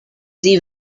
the